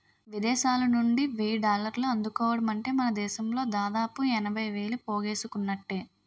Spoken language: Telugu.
విదేశాలనుండి వెయ్యి డాలర్లు అందుకోవడమంటే మనదేశంలో దాదాపు ఎనభై వేలు పోగేసుకున్నట్టే